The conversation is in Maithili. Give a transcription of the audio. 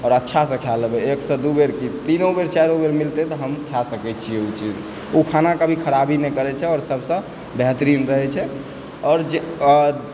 आओर अच्छासे खा लेबय एक दू बेर की तीनो बेर चारिओ बेर मिलतय तऽ हम खा सकैत छियै इ चीज ओ खाना कभी खरापी नहि करैत छै आओर सभसँ बेहतरीन रहैत छै आओर जे आओर